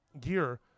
gear